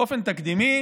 באופן תקדימי